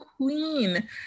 queen